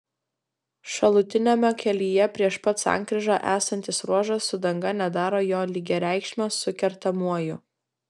šalutiniame kelyje prieš pat sankryžą esantis ruožas su danga nedaro jo lygiareikšmio su kertamuoju